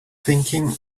thinking